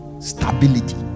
stability